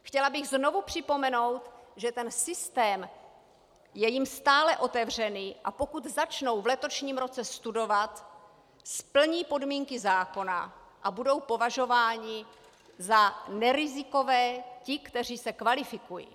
Chtěla bych znovu připomenout, že ten systém je jim stále otevřený, a pokud začnou v letošním roce studovat, splní podmínky zákona a budou považováni za nerizikové, ti, kteří se kvalifikují.